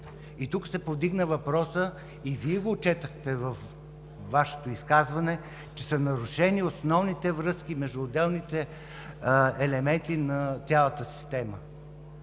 и се въпросът – Вие го отчетохте във Вашето изказване, че са нарушени основните връзки между отделните елементи на цялата система: